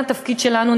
וכאן התפקיד שלנו,